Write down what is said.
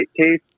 case